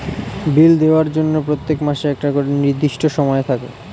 বিল দেওয়ার জন্য প্রত্যেক মাসে একটা করে নির্দিষ্ট সময় থাকে